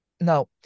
Now